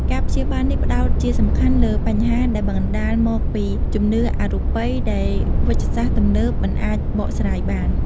ការព្យាបាលនេះផ្តោតជាសំខាន់លើបញ្ហាដែលបណ្តាលមកពីជំនឿអរូបិយដែលវេជ្ជសាស្ត្រទំនើបមិនអាចបកស្រាយបាន។